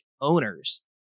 owners